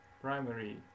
primary